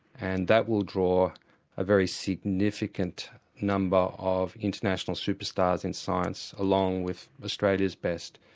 and that will draw a very significant number of international superstars in science, along with australia's best.